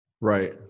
Right